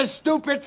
stupid